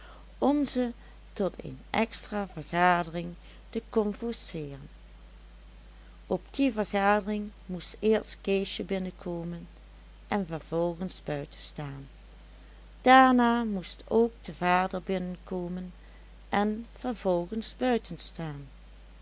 om ze tot een extra vergadering te convoceeren op die vergadering moest eerst keesje binnenkomen en vervolgens buitenstaan daarna moest ook de vader binnenkomen en vervolgens